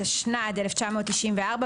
התשנ"ד 1994,